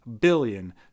billion